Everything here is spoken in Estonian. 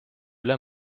üle